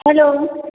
hello